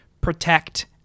protect